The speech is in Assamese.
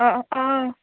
অঁ অঁ